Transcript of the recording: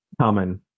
Common